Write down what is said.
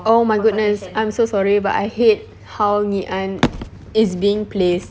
oh my goodness I'm so sorry but I hate how ngee ann is being placed